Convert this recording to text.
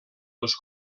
els